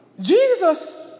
Jesus